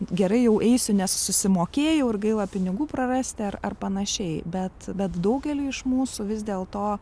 gerai jau eisiu nes susimokėjau ir gaila pinigų prarasti ar ar panašiai bet bet daugeliui iš mūsų vis dėlto